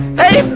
hey